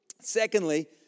Secondly